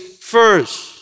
first